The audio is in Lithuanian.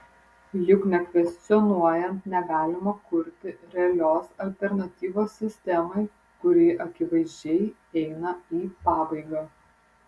juk nekvestionuojant negalima kurti realios alternatyvos sistemai kuri akivaizdžiai eina į pabaigą